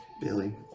Billy